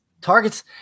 targets